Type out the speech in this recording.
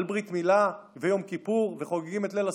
ברית מילה ויום כיפור וחוגגים את ליל הסדר,